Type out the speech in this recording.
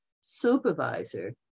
supervisor